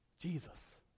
Jesus